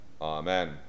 Amen